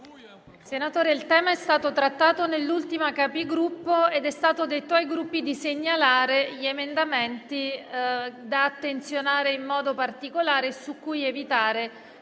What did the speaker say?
Senatore, il tema è stato trattato nell'ultima Conferenza dei Capigruppo ed è stato detto ai Gruppi di segnalare gli emendamenti da attenzionare in modo particolare e su cui evitare